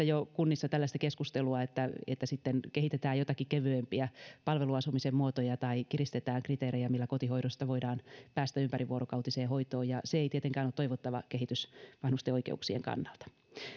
jo nähtävissä tällaista keskustelua että että sitten kehitetään joitakin kevyempiä palveluasumisen muotoja tai kiristetään kriteerejä millä kotihoidosta voidaan päästä ympärivuorokautiseen hoitoon ja se ei tietenkään ole toivottava kehitys vanhusten oikeuksien kannalta